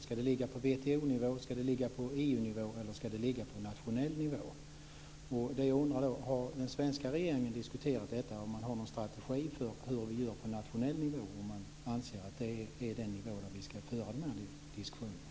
Ska det ligga på WTO-nivå, på EU-nivå eller ska det ligga på nationell nivå? Jag undrar då: Har den svenska regeringen diskuterat detta? Har man något strategi för hur man ska göra på nationell nivå, om det är den nivå som dialogen ska föras på?